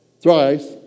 thrice